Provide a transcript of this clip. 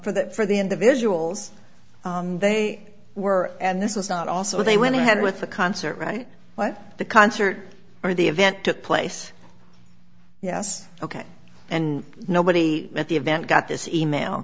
for that for the individuals they were and this was not also they went ahead with the concert right but the concert or the event took place yes ok and nobody at the event got this e mail